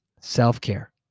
self-care